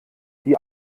die